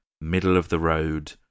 middle-of-the-road